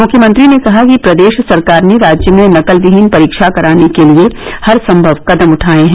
मुख्यमंत्री ने कहा कि प्रदेश सरकार ने राज्य में नकलविहीन परीक्षा कराने के लिए हरसंभव कदम उठाए हैं